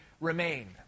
remain